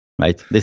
Right